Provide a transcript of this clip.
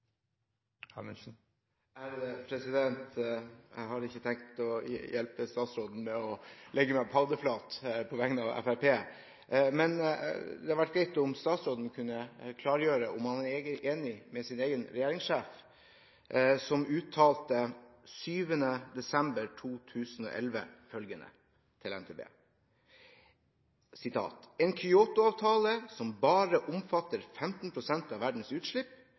blir replikkordskifte. Jeg har ikke tenkt å hjelpe statsråden ved å legge meg paddeflat på vegne av Fremskrittspartiet. Det hadde vært greit om statsråden kunne klargjøre om han er enig med sin egen regjeringssjef, som 7. desember 2011 uttalte følgende til NTB: «En Kyoto-avtale som bare omfatter 15 pst. av verdens utslipp,